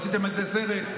עשיתם איזה סרט,